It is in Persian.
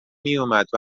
میومد